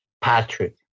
Patrick